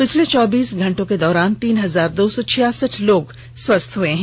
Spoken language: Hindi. पिछले चौबीस घंटों के दौरान तीन हजार दो सौ छियासठ लोग स्वस्थ हए हैं